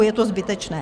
Je to zbytečné.